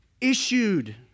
issued